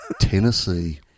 Tennessee